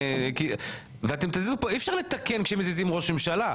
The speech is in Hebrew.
אי אפשר לתקן כשמזיזים ראש ממשלה.